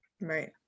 Right